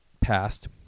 passed